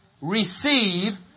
receive